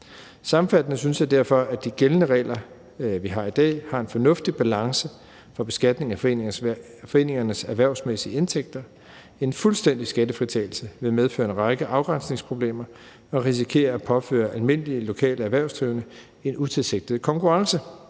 Sammenfattende synes jeg derfor, at de gældende regler, vi har i dag, har en fornuftig balance for beskatningen af foreningernes erhvervsmæssige indtægter. En fuldstændig skattefritagelse vil medføre en række afgrænsningsproblemer og risikere at påføre almindelige lokale erhvervsdrivende en utilsigtet konkurrence,